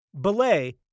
Belay